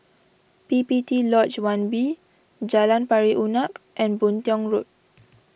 P P T Lodge one B Jalan Pari Unak and Boon Tiong Road